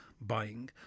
buying